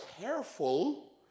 careful